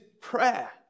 prayer